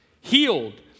healed